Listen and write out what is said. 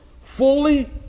fully